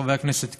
חבר הכנסת קיש,